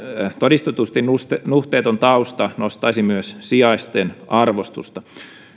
todistetusti nuhteeton tausta nostaisi myös sijaisten arvostusta